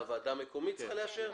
הוועדה המקומית צריכה לאשר?